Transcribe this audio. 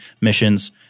missions